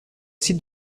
site